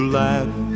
laugh